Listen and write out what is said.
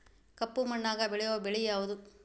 ಕಪ್ಪು ಮಣ್ಣಾಗ ಬೆಳೆಯೋ ಬೆಳಿ ಯಾವುದು?